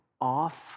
off